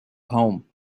home